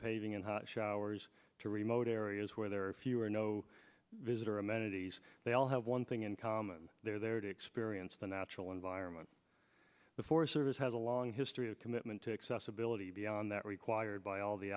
paving in hot showers to remote areas where there are few or no visitor amenities they all have one thing in common they're there to experience the natural environment the forest service has a long history of commitment to excess ability beyond that required by all the